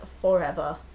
forever